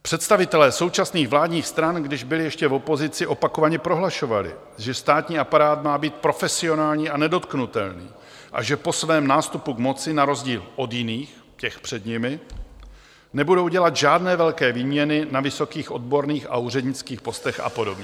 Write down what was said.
Představitelé současných vládních stran, když byli ještě v opozici, opakovaně prohlašovali, že státní aparát má být profesionální a nedotknutelný a že po svém nástupu k moci na rozdíl od jiných, těch před nimi, nebudou dělat žádné velké výměny na vysokých odborných a úřednických postech a podobně.